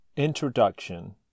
Introduction